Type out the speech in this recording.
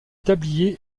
tablier